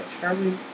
Charlie